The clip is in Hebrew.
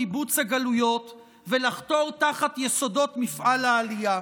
קיבוץ הגלויות ולחתור תחת יסודות מפעל העלייה,